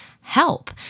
help